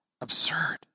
absurd